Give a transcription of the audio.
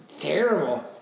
Terrible